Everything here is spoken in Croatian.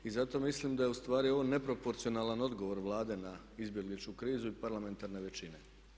I zato mislim da je u stvari ovo neproporcionalan odgovor Vlade na izbjegličku krizu i parlamentarne većine.